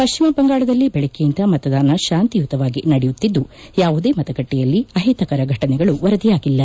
ಪಶ್ಚಿಮ ಬಂಗಾಳದಲ್ಲಿ ಬೆಳಗ್ಗೆಯಿಂದ ಮತದಾನ ಶಾಂತಿಯುತವಾಗಿ ನಡೆಯುತ್ತಿದ್ದು ಯಾವುದೇ ಮತಗಟ್ಟೆಯಲ್ಲಿ ಅಹಿತಕರ ಫಟನೆಗಳು ವರದಿಯಾಗಿಲ್ಲ